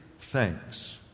thanks